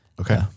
Okay